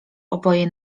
oboje